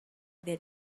that